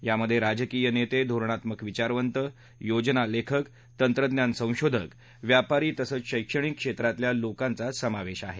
यामध्ये राजकीय नेते धोरणात्मक विचारवंत योजना लेखक तंत्रज्ञान संशोधक व्यापारी तसंच शक्तणिक क्षेत्रातल्या लोकांचा समावेश आहे